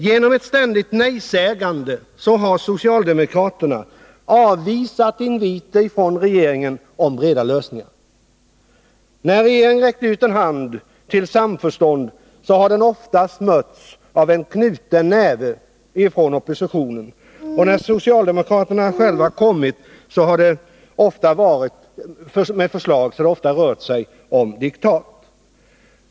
Genom ett ständigt nejsägande har socialdemokraterna avvisat inviter från regeringen om breda lösningar. När regeringen räckt ut en hand till samförstånd har den oftast mötts av en knuten näve från oppositionen, och när socialdemokraterna själva kommit med förslag har det ofta rört sig om diktat.